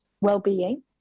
well-being